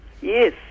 Yes